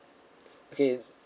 okay